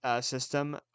system